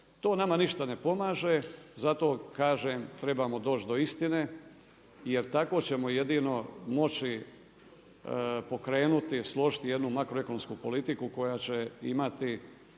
to nama ništa ne pomaže. Zato kažem trebamo doći do istine, jer tako ćemo jedino moći pokrenuti, složiti jednu makroekonomsku politiku koja će imati